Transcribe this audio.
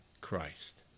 Christ